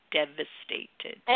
devastated